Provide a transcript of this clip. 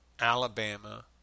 Alabama